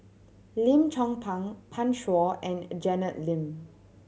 Lim Chong Pang Pan Shou and Janet Lim